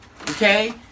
okay